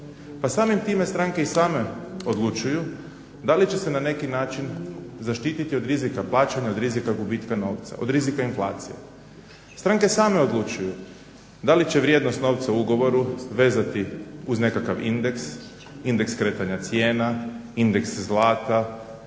Pa samim time stranke i same odlučuju da li će se na neki način zaštititi od rizika plaćanja, od rizika gubitka novca, od rizika inflacije. Stranke same odlučuju da li će vrijednost novca u ugovoru vezati uz nekakav indeks, indeks kretanja cijena, indeks zlata,